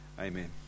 Amen